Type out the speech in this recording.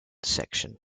section